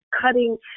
cutting